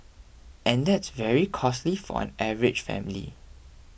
and that's very costly for an average family